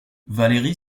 valérie